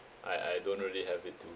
I I don't really have it too